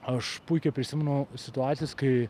aš puikiai prisimenu situacijas kai